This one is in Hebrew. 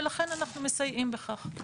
ולכן אנחנו מסייעים בכך.